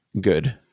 good